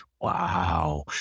wow